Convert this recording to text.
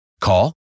Call